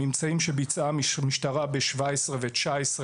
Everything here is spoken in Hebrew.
המבצעים שביצעה המשטרה בשנים 2017 ו-2019,